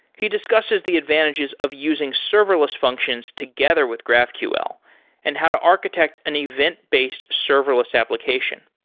he discusses the advantages of using serverless functions together with graphql and how to architecture an event-based serverless application.